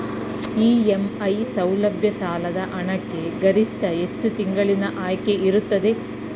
EMI ಸೌಲಭ್ಯ ಸಾಲದ ಹಣಕ್ಕೆ ಗರಿಷ್ಠ ಎಷ್ಟು ತಿಂಗಳಿನ ಆಯ್ಕೆ ಇರುತ್ತದೆ?